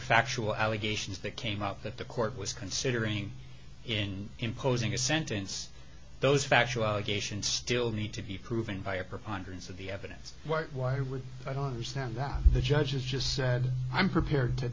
factual allegations that came up that the court was considering in imposing a sentence those factual allegations still need to be proven by a preponderance of the evidence what why would i don't understand that the judge has just said i'm prepared to